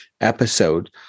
episode